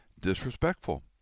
disrespectful